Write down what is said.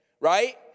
right